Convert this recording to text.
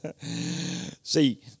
See